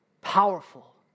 powerful